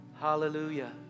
Hallelujah